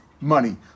money